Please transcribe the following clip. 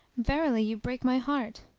verily you break my heart!